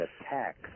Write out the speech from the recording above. attack